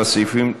ושאר הסעיפים.